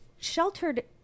sheltered